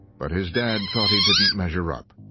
but his dad thought he didn't measure up.